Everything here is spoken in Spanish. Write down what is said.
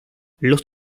los